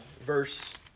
verse